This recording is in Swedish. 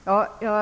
Herr talman!